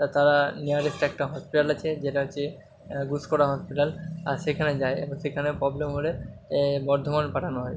আর তারা নিয়ারেস্ট একটা হসপিটাল আছে যেটা হচ্ছে গুসকরা হসপিটাল আর সেখানে যায় সেখানে প্রবলেম হলে বর্ধমান পাঠানো হয়